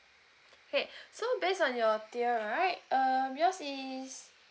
okay so based on your tier right um yours is